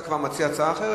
אבל אתה כבר מציע הצעה אחרת,